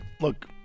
look